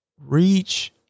Reach